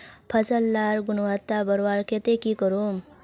फसल लार गुणवत्ता बढ़वार केते की करूम?